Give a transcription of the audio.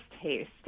taste